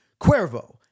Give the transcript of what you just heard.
Cuervo